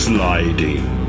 Sliding